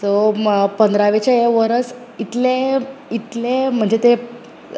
so म पंद्रावेचे हे वर्स इतले हे इतले हे म्हणजे ते